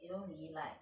you don't really like